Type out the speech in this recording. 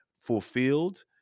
fulfilled